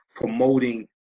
promoting